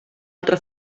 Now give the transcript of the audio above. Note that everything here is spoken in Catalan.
altra